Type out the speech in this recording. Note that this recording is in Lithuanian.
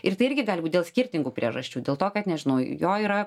ir tai irgi gali būt dėl skirtingų priežasčių dėl to kad nežinojo jo yra